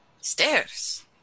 Stairs